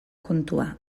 kontua